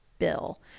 Bill